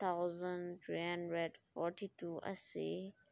thousand three hundred forty two ꯑꯁꯤ